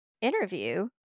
interview